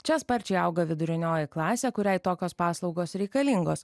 čia sparčiai auga vidurinioji klasė kuriai tokios paslaugos reikalingos